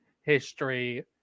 history